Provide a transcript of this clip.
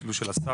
ואפילו של השר.